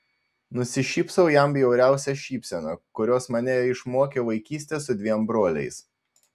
nusišypsau jam bjauriausia šypsena kurios mane išmokė vaikystė su dviem broliais